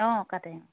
অঁ কাটে